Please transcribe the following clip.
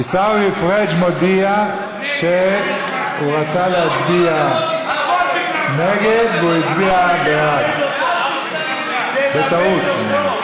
עיסאווי פריג' מודיע שהוא רצה להצביע נגד והוא הצביע בעד בטעות.